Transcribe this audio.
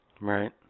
Right